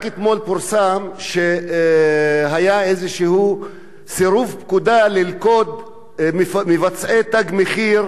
רק אתמול פורסם שהיה איזשהו סירוב פקודה ללכוד מבצעי "תג מחיר"